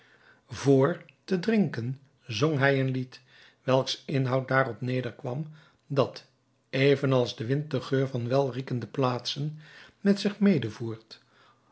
vr te drinken zong hij een lied welks inhoud daarop nederkwam dat even als de wind de geur van welriekende plaatsen met zich medevoert